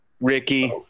Ricky